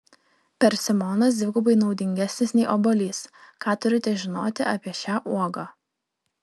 persimonas dvigubai naudingesnis nei obuolys ką turite žinoti apie šią uogą